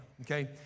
Okay